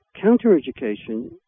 counter-education